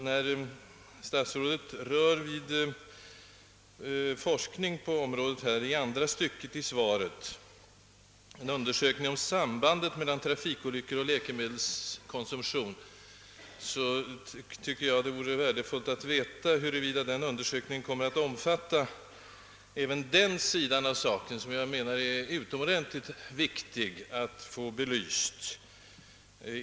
När statsrådet berör forskningen på området genom att i andra stycket av svaret tala om en undersökning av sambandet mellan trafikolyckor och läkemedelskonsumtion, vore det värdefullt att få veta huruvida den undersökningen kommer att omfatta även mätproblemet. Den sidan av saken vore det utomordentligt viktigt att få belyst.